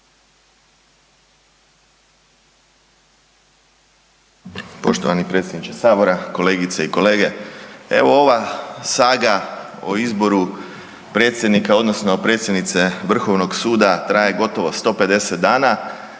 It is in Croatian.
Poštovani predsjedniče Sabora, kolegice i kolege. Evo ova saga o izboru predsjednika odnosno predsjednice Vrhovnog suda traje gotovo 150 dana